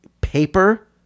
Paper